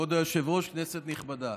כבוד היושב-ראש, כנסת נכבדה,